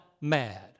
mad